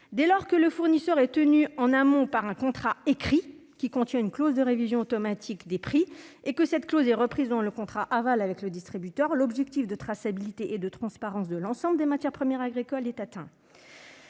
Dès lors que le fournisseur est tenu en amont par un contrat écrit, qui contient une clause de révision automatique des prix, et que cette clause est reprise dans le contrat aval avec le distributeur, l'objectif de traçabilité et de transparence de l'ensemble des matières premières agricoles est atteint.